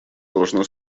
должна